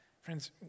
Friends